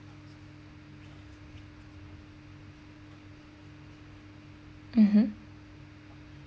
mmhmm